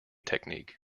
technique